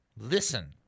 Listen